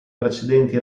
precedenti